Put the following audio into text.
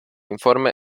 informe